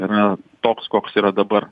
yra toks koks yra dabar